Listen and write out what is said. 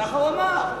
מה הוא אמר?